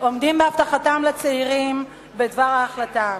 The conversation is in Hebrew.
עומדים בהבטחתם לצעירים בדבר ההחלטה.